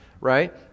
right